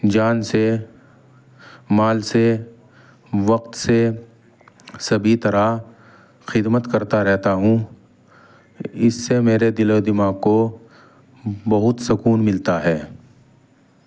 جان سے مال سے وقت سے سبھی طرح خدمت کرتا رہتا ہوں اس سے میرے دل و دماغ کو بہت سکون ملتا ہے